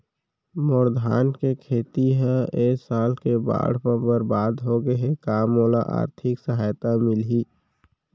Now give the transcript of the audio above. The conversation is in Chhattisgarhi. मोर धान के खेती ह ए साल के बाढ़ म बरबाद हो गे हे का मोला आर्थिक सहायता मिलही?